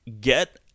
get